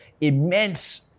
immense